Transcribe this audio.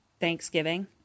Thanksgiving